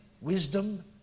wisdom